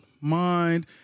mind